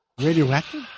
Radioactive